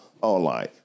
online